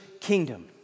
kingdom